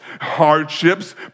hardships